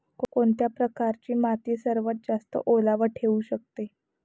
कोणत्या प्रकारची माती सर्वात जास्त ओलावा ठेवू शकते?